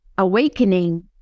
awakening